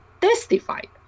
testified